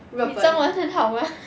你中文很好吗